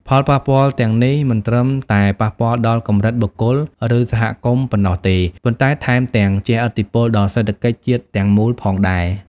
ផលប៉ះពាល់ទាំងនេះមិនត្រឹមតែប៉ះពាល់ដល់កម្រិតបុគ្គល ឬសហគមន៍ប៉ុណ្ណោះទេ ប៉ុន្តែថែមទាំងជះឥទ្ធិពលដល់សេដ្ឋកិច្ចជាតិទាំងមូលផងដែរ។